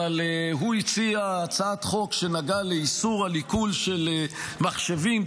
אבל הוא הציע הצעת חוק שנגעה לאיסור עיקול של מחשבים,